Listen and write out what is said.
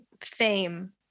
fame